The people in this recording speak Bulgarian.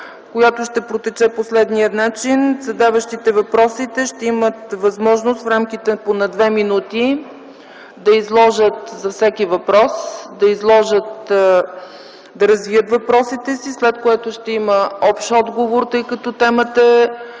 която ще протече по следния начин. Задаващите въпросите ще имат възможност в рамките на по две минути за всеки въпрос, да изложат и да развият въпросите си, след което ще има общ отговор, тъй като темата е